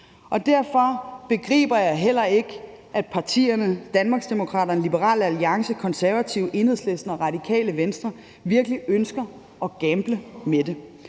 og derfor begriber jeg heller ikke, at partierne Danmarksdemokraterne, Liberal Alliance, Konservative, Enhedslisten, Radikale Venstre og Alternativet virkelig ønsker at gamble med det.